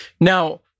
Now